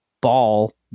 ball